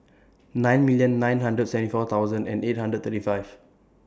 nine million nine hundred and seventy four thousand eight hundred and thirty five